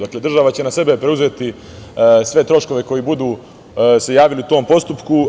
Dakle, država će na sebe preuzeti sve troškove koji se budu javili u tom postupku.